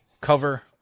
cover